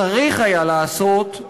צריך היה לעשות,